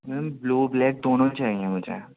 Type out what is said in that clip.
میم blue black دونوں چاہییں مجھے